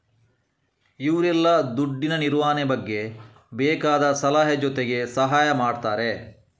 ಇವ್ರೆಲ್ಲ ದುಡ್ಡಿನ ನಿರ್ವಹಣೆ ಬಗ್ಗೆ ಬೇಕಾದ ಸಲಹೆ ಜೊತೆಗೆ ಸಹಾಯ ಮಾಡ್ತಾರೆ